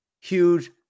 Huge